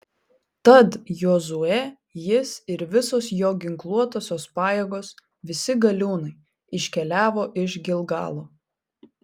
tad jozuė jis ir visos jo ginkluotosios pajėgos visi galiūnai iškeliavo iš gilgalo